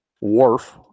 wharf